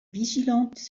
vigilante